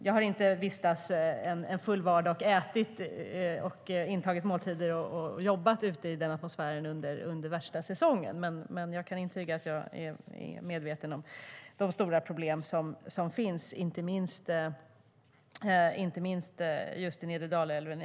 Jag har inte vistats en hel dag, intagit måltider och jobbat ute i denna atmosfär under den värsta säsongen, men jag kan ändå intyga att jag är medveten om de stora problem som finns, inte minst just i nedre Dalälven.